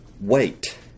wait